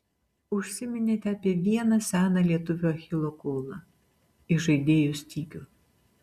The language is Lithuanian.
užsiminėte apie vieną seną lietuvių achilo kulną įžaidėjų stygių